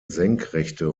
senkrechte